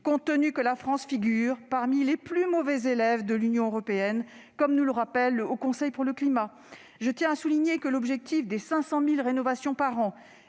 sachant que la France figure parmi les plus mauvais élèves de l'Union européenne, comme nous le rappelle le Haut Conseil pour le climat. Je tiens à souligner que l'objectif des 500 000 rénovations par an